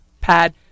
pad